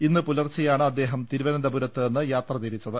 ഇന്ന് പു ലർച്ചെയാണ് അദ്ദേഹം തിരുവനന്തപുരത്ത് നിന്ന് യാത്രതിരിച്ചത്